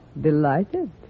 Delighted